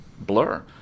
blur